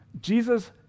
Jesus